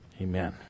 Amen